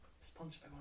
sponsored